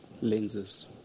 lenses